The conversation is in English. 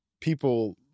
people